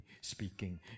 speaking